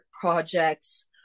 projects